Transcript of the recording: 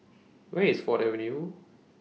Where IS Ford Avenue